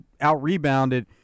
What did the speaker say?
out-rebounded